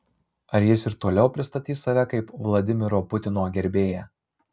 ar jis ir toliau pristatys save kaip vladimiro putino gerbėją